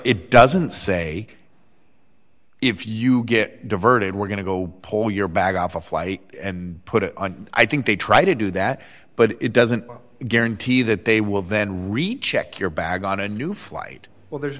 it doesn't say if you get diverted we're going to go pull your bag off a flight and put it on i think they try to do that but it doesn't guarantee that they will then recheck your bag on a new flight well there's